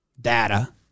data